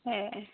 ए' ए'